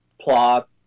plot